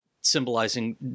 symbolizing